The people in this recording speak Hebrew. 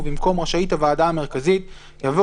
ובמקום "רשאית הוועדה המרכזית" יבוא